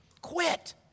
Quit